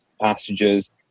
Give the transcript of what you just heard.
passages